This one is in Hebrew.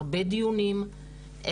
הרבה דיונים,